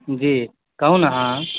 जी कहु न अहाँ